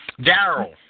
Daryl